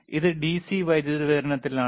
ഇത് ഡിസി വൈദ്യുതി വിതരണത്തിലാണോ